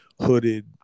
hooded